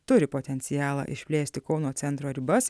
turi potencialą išplėsti kauno centro ribas